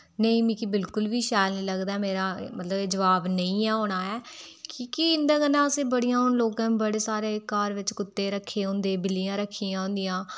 नेईं मिगी बिल्कुल बी शैल नेईं लगदा मेरा मतलब जबाव नेईं ऐ होना ऐ कि के इंदे कन्नै असें बड़ियां हुन लोकै बड़े सारे घर बिच कुत्ते रखे दे होंदे बिल्लियां रखियां होंदियां